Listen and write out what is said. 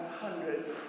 hundreds